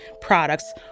products